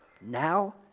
Now